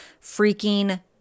freaking